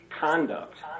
conduct